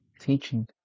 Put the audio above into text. teaching